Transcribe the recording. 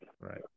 right